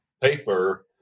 paper